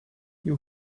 you